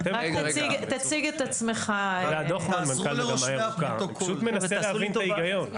אני פשוט מנסה להבין את ההיגיון.